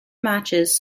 matches